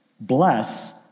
Bless